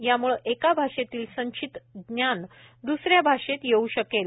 याम्ळे एका भाषेतील संचित ज्ञान द्सऱ्या भाषेत येवू शकले